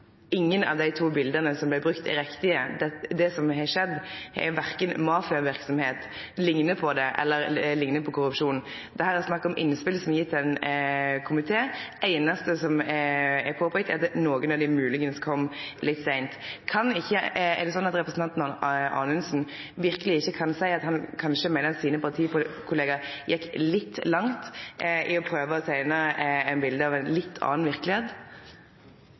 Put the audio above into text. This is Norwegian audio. ingen av dei to bileta som vart brukte, er riktige. Det som har skjedd, er ikkje mafiaverksemd; det liknar verken mafiaverksemd eller korrupsjon. Dette er snakk om innspel som er gjevne til ein komité. Det einaste som er påpeikt, er at nokre av dei moglegvis kom litt seint. Kan representanten Anundsen verkeleg ikkje seie at han kanskje meiner at hans partikollegar gjekk litt langt i å prøve å teikne eit bilete av ei litt annleis verkelegheit?